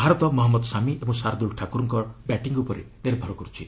ଭାରତ ମହମ୍ମଦ ଶାମି ଏବଂ ଶାର୍ଦ୍ଦୁଳ ଠାକୁରଙ୍କ ବ୍ୟାଟିଙ୍ଗ୍ ଉପରେ ନିର୍ଭର କରୁଛି